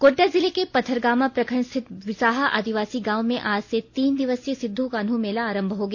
गोड्डा जिले के पथरगामा प्रखंड स्थित विसाहा आदिवासी गांव में आज से तीन दिवसीय सिद्धू कान्हू मेला आरंभ हो गया